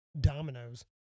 dominoes